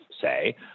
say